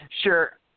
Sure